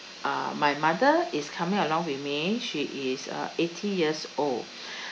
uh my mother is coming along with me she is uh eighty years old